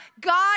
God